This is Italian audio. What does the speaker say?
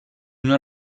una